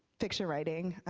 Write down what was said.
fiction writing.